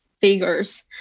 figures